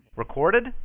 Recorded